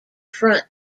front